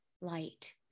light